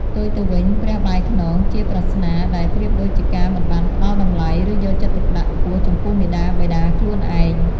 ផ្ទុយទៅវិញ "ព្រះបែរខ្នង" ជាប្រស្នាដែលប្រៀបដូចជាការមិនបានផ្តល់តម្លៃ ឬយកចិត្តទុកដាក់ខ្ពស់ចំពោះមាតាបិតាខ្លួនឯង។